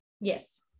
yes